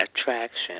attraction